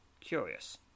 curious